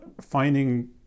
finding